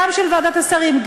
גם של ועדת השרים,